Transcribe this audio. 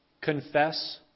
confess